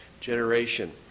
generation